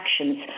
actions